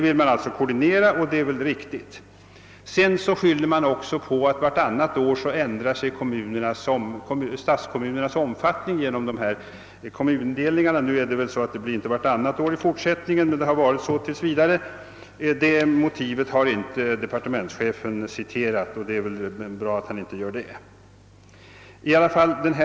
Det är väl också alldeles riktigt. Vidare skyller man på att kommunernas omfattning vartannat år ändras genom kommunindelningsreformerna. Det blir väl inte i fortsättningen vartannat år, men det har hittills varit så. Detta motiv har departementschefen dock inte återgivit, och det är väl bra att han inte gör det.